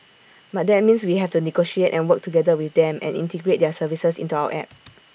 but that means we have to negotiate and work together with them and integrate their services into our app